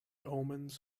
omens